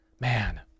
Man